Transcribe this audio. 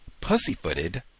pussyfooted